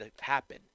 happen